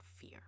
fear